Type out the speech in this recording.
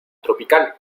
tropical